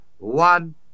one